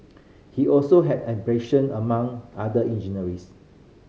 he also had abrasion among other